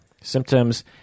Symptoms